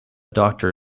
doctor